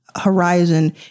horizon